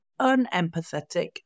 unempathetic